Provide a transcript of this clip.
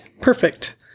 Perfect